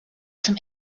zum